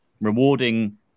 rewarding